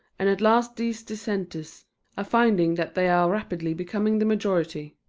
and at last these dissenters are finding that they are rapidly becoming the majority.